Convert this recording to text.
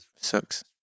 sucks